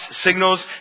signals